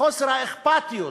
חוסר האכפתיות?